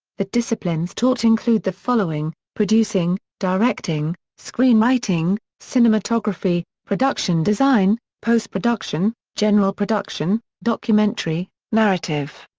the disciplines taught include the following producing, directing, screenwriting, cinematography, production design, post-production, general production, documentary, narrative.